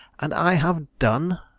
and i have done?